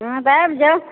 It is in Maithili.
हँ तऽ आबि जाउ